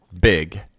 big